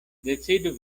decidu